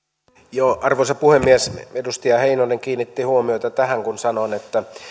puhemies arvoisa puhemies edustaja heinonen kiinnitti huomiota tähän kun sanoin että